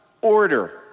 order